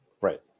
Right